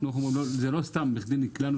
לא בכדי נקלענו